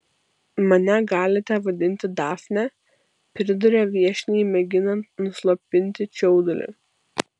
mane galite vadinti dafne priduria viešniai mėginant nuslopinti čiaudulį